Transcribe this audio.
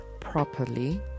properly